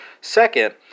Second